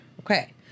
Okay